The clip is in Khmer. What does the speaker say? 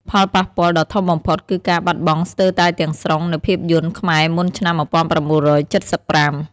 ផលប៉ះពាល់ដ៏ធំបំផុតគឺការបាត់បង់ស្ទើរតែទាំងស្រុងនូវភាពយន្តខ្មែរមុនឆ្នាំ ១៩៧៥។